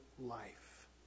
life